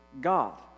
God